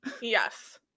Yes